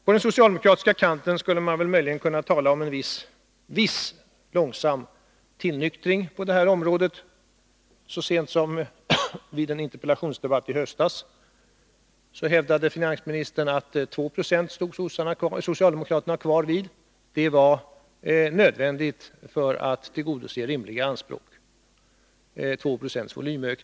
På den socialdemokratiska kanten skulle man väl möjligen kunna tala om en viss långsam tillnyktring på det här området. Så sent som vid en interpellationsdebatt i höstas hävdade finansministern att socialdemokraterna höll fast vid 2 20 volymökning; det var nödvändigt för att tillgodose rimliga anspråk.